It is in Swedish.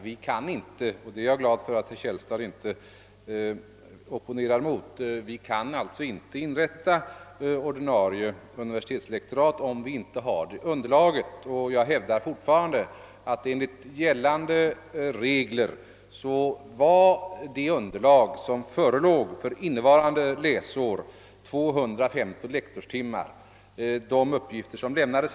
Vi kan inte — och jag är glad för att herr Källstad inte opponerade mot det — inrätta ordinarie universitetslektorat om det nödiga underlaget saknas. Och enligt gällande regler var det underlag som förelåg för innevarande läsår 250 lektorstimmar, det hävdar jag fortfarande.